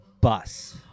bus